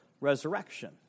resurrection